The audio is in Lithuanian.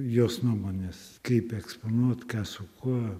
jos nuomonės kaip eksponuot ką su kuo